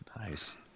Nice